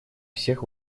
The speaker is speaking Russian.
всех